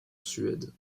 suède